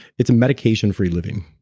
it's a medication-free living.